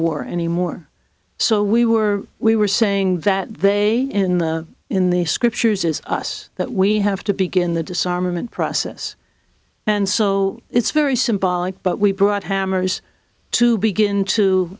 war anymore so we were we were saying that they in the in the scriptures is us that we have to begin the disarmament process and so it's very symbolic but we brought hammers to begin to